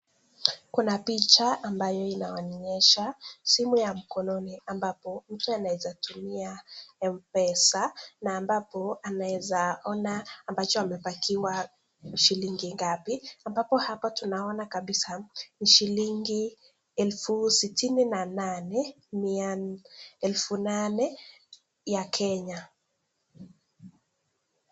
Kuna picha ambayo inaonyesha simu ya mkononi ambapo mtu anawezatumia Mpesa na ambapo anaezaona ambacho amebakiwa shilingi ngapi. Ambapo hapa tunaona kabisa ni shilingi elfu sitini na nane mia elfu nane ya Kenya.